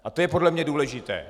A to je podle mě důležité.